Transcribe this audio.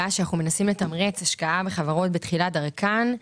שאנחנו מנסים לתמרץ השקעה בחברות בתחילת דרכן,